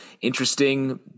interesting